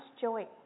joy